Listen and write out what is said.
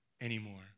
anymore